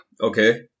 Okay